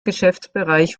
geschäftsbereich